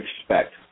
expect